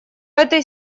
этой